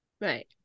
Right